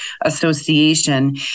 association